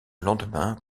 lendemain